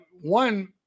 one